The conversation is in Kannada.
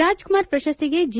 ರಾಜ್ಕುಮಾರ್ ಪ್ರಶಸ್ತಿಗೆ ಜಿ